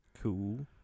Cool